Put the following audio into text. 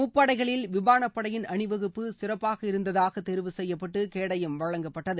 முப்படைகளில் விமான படையின் அணிவகுப்பு சிறப்பாக இருந்ததாக தேர்வு செய்யப்பட்டு கேடயம் வழங்கப்பட்டது